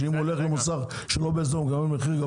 שאם הוא הולך למוסך שלא בהסדר הוא משלם מחיר גבוה?